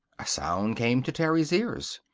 a sound came to terry's ears.